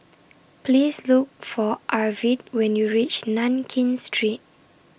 Please Look For Arvid when YOU REACH Nankin Street